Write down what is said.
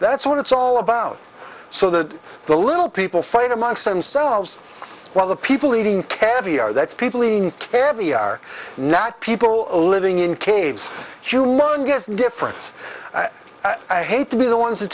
that's what it's all about so that the little people fight amongst themselves while the people eating caviar that's people in every are not people living in caves humongous difference i hate to be the ones t